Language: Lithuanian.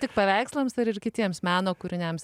tik paveikslams ar ir kitiems meno kūriniams